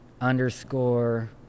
underscore